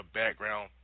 background